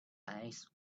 eyes